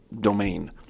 domain